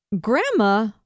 grandma